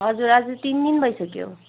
हजुर आज तिन दिन भइसक्यो